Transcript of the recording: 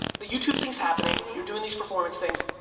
the youtube thing's happening you're doing these performance things,